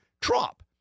Trump